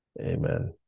Amen